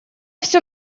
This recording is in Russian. все